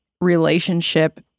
relationship